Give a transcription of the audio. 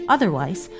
Otherwise